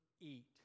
eat